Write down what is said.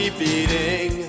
beating